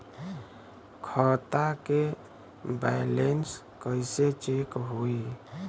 खता के बैलेंस कइसे चेक होई?